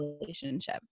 relationship